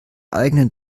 eigenen